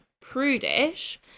prudish